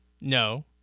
No